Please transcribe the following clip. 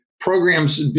Programs